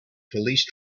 police